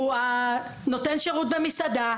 הוא נותן השירות במסעדה,